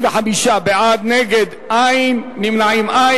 75 בעד, נגד, אין, נמנעים אין.